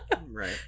right